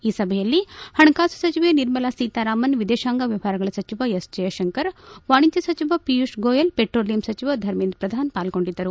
ಈ ಸಭೆಯಲ್ಲಿ ಷಣಕಾಸು ಸಚಿವೆ ನಿರ್ಮಲಾ ಸೀತಾರಾಮನ್ ವಿದೇಶಾಂಗ ವ್ಯವಹಾರಗಳ ಸಚಿವ ಎಸ್ ಜಯಶಂಕರ್ ವಾಣಿಜ್ಯ ಸಚಿವ ಪಿಯೂಷ್ ಗೋಯಲ್ ಪೆಟ್ರೋಲಿಯಂ ಸಚಿವ ಧರ್ಮೇಂದ್ರ ಪ್ರಧಾನ್ ಪಾಲ್ಗೊಂಡಿದ್ದರು